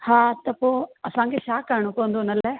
हा त पोइ असांखे छा करिणो पवंदो हुन लाइ